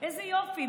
איזה יופי,